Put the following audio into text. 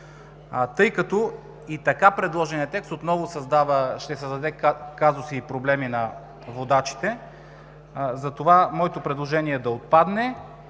Тъй като и така предложеният текст отново ще създаде казуси и проблеми на водачите, затова моето предложение е да отпадне.